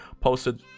posted